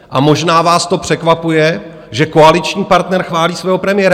A možná vás to překvapuje, že koaliční partner chválí svého premiéra.